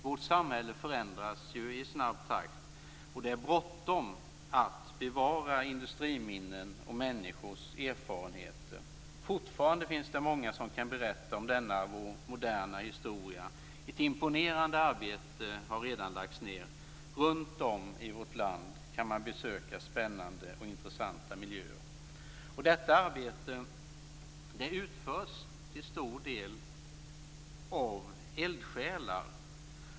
Vårt samhälle förändras ju i snabb takt, och det är bråttom att bevara industriminnen och människors erfarenheter. Fortfarande finns det många som kan berätta om denna vår moderna historia. Ett imponerande arbete har redan lagts ned. Runt om i vårt land kan man besöka spännande och intressanta miljöer. Detta arbete utförs till stor del av eldsjälar.